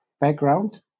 background